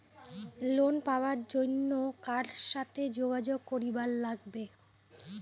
Loan পাবার জন্যে কার সাথে যোগাযোগ করিবার লাগবে?